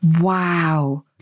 Wow